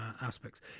aspects